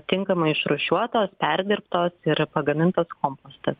tinkamai išrūšiuotos perdirbtos ir pagamintas kompostas